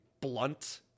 blunt